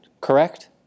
Correct